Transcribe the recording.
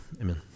Amen